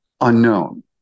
unknown